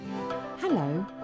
Hello